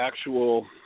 actual